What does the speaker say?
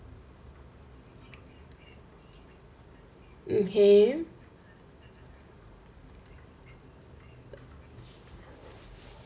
okay